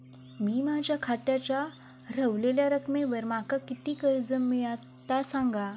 मी माझ्या खात्याच्या ऱ्हवलेल्या रकमेवर माका किती कर्ज मिळात ता सांगा?